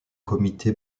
comité